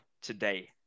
today